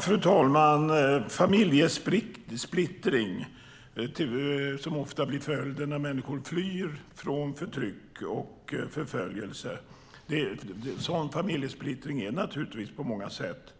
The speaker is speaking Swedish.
Fru talman! Familjesplittring, som ofta blir följden när människor flyr från förtryck och förföljelse, är på många sätt